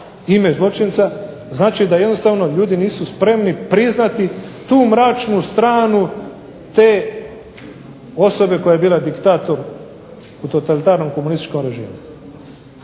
znači da jednostavno ljudi nisu spremni priznati tu mračnu stranu te osobe koja je bila diktator u totalitarnom komunističkom režimu.